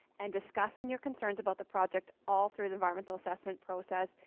and discussing your concerns about the project all through the environmental assessment process,